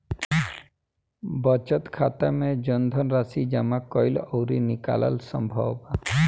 बचत खाता में धनराशि जामा कईल अउरी निकालल संभव बा